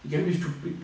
you cannot be stupid